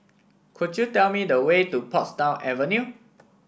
could you tell me the way to Portsdown Avenue